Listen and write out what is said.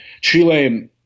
chile